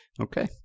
Okay